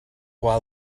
while